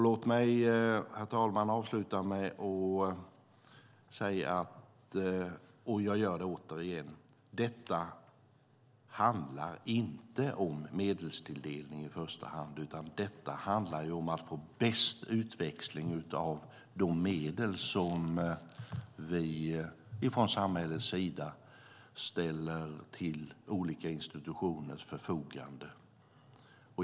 Låt mig, herr talman, avsluta med att återigen säga att det inte handlar om medelstilldelning i första hand, utan det handlar om att få bäst utväxling av de medel som vi från samhällets sida ställer till olika institutioners förfogande.